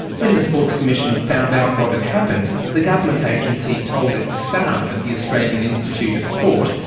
when the sports commission found out what had happened, the government agency told its staff at the australian institute of sport,